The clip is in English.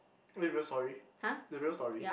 is it real story the real story